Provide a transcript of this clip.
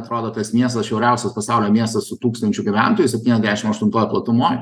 atrodo tas miestas šiauriausias pasaulio miestas su tūkstančiu gyventojų septyniasdešim aštuntoj platumoj